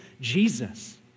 Jesus